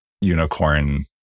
unicorn